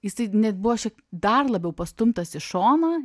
jisai net buvo šiek dar labiau pastumtas į šoną